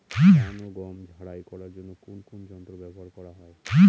ধান ও গম ঝারাই করার জন্য কোন কোন যন্ত্র ব্যাবহার করা হয়?